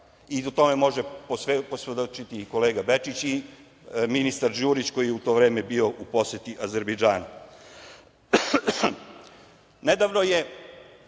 sada. Tome može posvedočiti i kolega Bečić i ministar Đurić, koji je u to vreme bio u poseti Azerbejdžanu. Nedavno je